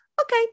okay